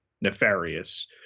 nefarious